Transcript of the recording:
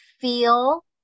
feel